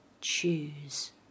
Choose